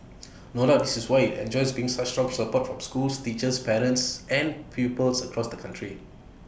no doubt this is why IT enjoys been such strong support from schools teachers parents and pupils across the country